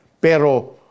pero